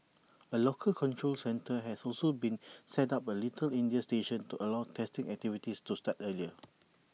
A local control centre has also been set up at little India station to allow testing activities to start earlier